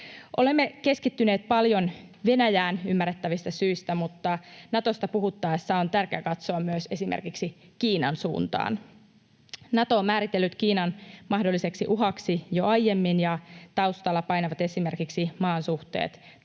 Olemme keskittyneet paljon Venäjään, ymmärrettävistä syistä, mutta Natosta puhuttaessa on tärkeä katsoa myös esimerkiksi Kiinan suuntaan. Nato on määritellyt Kiinan mahdolliseksi uhaksi jo aiemmin. Taustalla painavat esimerkiksi maan suhteet Taiwaniin